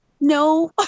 No